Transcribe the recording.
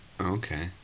Okay